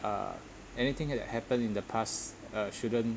uh anything ha~ that happened in the past uh shouldn't